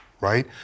right